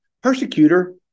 persecutor